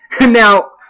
Now